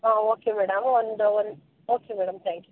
ಹಾಂ okay madam ಒಂದು ಒಂದು ಓಕೆ ಮೇಡಮ್ ತ್ಯಾಂಕ್ ಯು